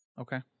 Okay